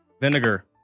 Vinegar